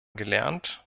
gelernt